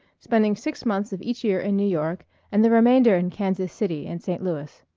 spending six months of each year in new york and the remainder in kansas city and st. louis.